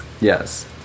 Yes